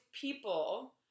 people